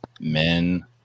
men